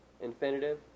infinitive